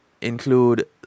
include